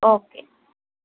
okay